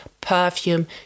perfume